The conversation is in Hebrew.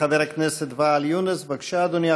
חבר הכנסת ואאל יונס, בבקשה, אדוני.